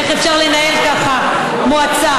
איך אפשר לנהל ככה מועצה?